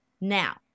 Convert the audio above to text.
Now